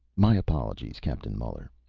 my apologies, captain muller.